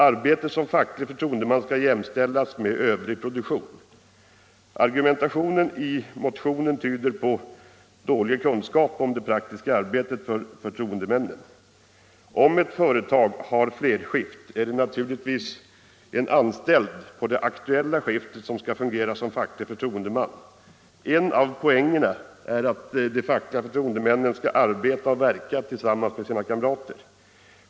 Arbetet som facklig förtroendeman skall jämställas med övrig produktion. Argumentationen i den aktuella motionen tyder på dålig kunskap om det praktiska arbetet för förtroendemännen. Om ett företag har fler skift är det naturligtvis en anställd på det aktuella skiftet som skall fungera som facklig förtroendeman. En av poängerna är att de fackliga förtroendemännen skall arbeta och verka tillsammans med sina kamrater.